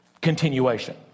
continuation